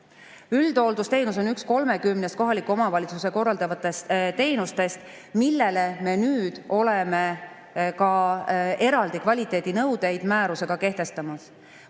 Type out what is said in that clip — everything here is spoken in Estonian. Üldhooldusteenus on üks 30‑st kohaliku omavalitsuse korraldatavast teenusest, mille kohta me nüüd oleme ka eraldi kvaliteedinõudeid määrusega kehtestanud.